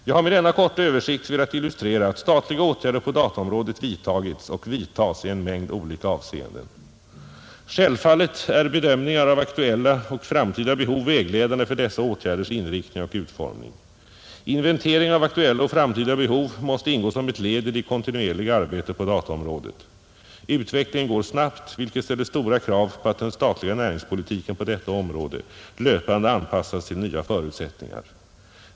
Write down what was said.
Jag har med denna korta översikt velat illustrera att statliga åtgärder på dataområdet vidtagits och vidtas i en mängd olika avseenden, Självfallet är bedömningar av aktuella och framtida behov vägledande för dessa åtgärders inriktning och utformning. Inventering av aktuella och framtida behov måste ingå som ett led i det kontinuerliga arbetet på dataområdet. Utvecklingen går snabbt, vilket ställer stora krav på att den statliga näringspolitiken på detta område löpande anpassas till nya förutsättningar.